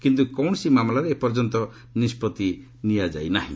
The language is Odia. କିନ୍ତୁ କୌଣସି ମାମଲାରେ ଏପର୍ଯ୍ୟନ୍ତ ନିଷ୍ପଭି ନିଆଯାଇ ନାହିଁ